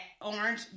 Orange